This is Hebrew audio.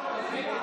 עוד פעם